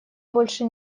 больше